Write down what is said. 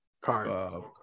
card